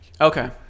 Okay